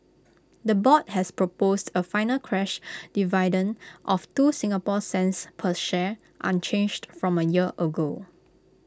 the board has proposed A final crash dividend of two Singapore cents per share unchanged from A year ago